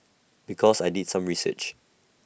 because I did some research